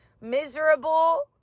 miserable